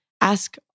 ask